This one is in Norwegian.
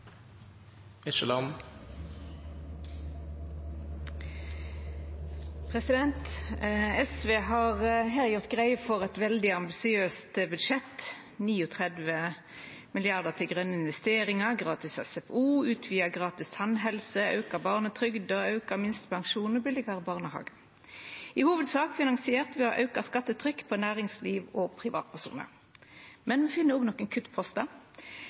SV har her gjort greie for eit veldig ambisiøst budsjett: 39 mrd. kr til grøne investeringar, gratis SFO, utvida gratis tannhelse, auka barnetrygd, auka minstepensjon og billegare barnehage. I hovudsak er dette finansiert ved å auka skattetrykket på næringsliv og privatpersonar. Men me finn òg nokre kuttpostar.